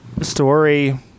story